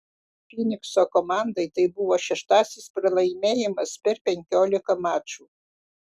fynikso komandai tai buvo šeštasis pralaimėjimas per penkiolika mačų